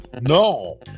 no